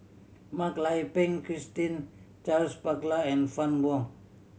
Mak Lai Peng Christine Charles Paglar and Fann Wong